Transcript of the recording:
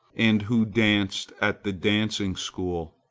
and who danced at the dancing-school,